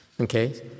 Okay